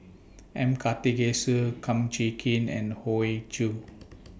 M Karthigesu Kum Chee Kin and Hoey Choo